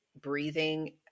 breathing